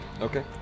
Okay